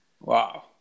Wow